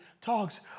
talks